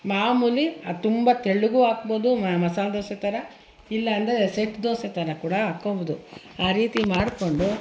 ಮಾಮೂಲಿ ಅದು ತುಂಬ ತೆಳ್ಳಗೂ ಹಾಕ್ಬೋದು ಮಸಾಲ ದೋಸೆ ಥರ ಇಲ್ಲ ಅಂದರೆ ಸೆಟ್ ದೋಸೆ ಥರ ಕೂಡ ಹಾಕ್ಕೊಳ್ಬೋದು ಆ ರೀತಿ ಮಾಡಿಕೊಂಡು